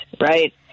right